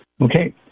Okay